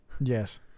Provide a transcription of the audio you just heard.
Yes